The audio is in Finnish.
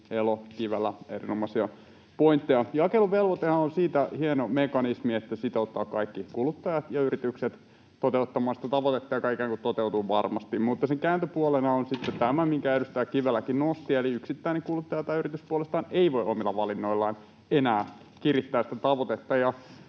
Elo ja Kivelä, erinomaisia pointteja. Jakeluvelvoitehan on siitä hieno mekanismi, että se sitouttaa kaikki kuluttajat ja yritykset toteuttamaan sitä tavoitetta, joka ikään kuin toteutuu varmasti, mutta sen kääntöpuolena on sitten tämä, minkä edustaja Kiveläkin nosti, eli yksittäinen kuluttaja tai yritys puolestaan ei voi omilla valinnoillaan enää kirittää sitä tavoitetta.